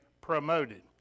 promoted